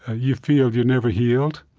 ah you feel you're never healed,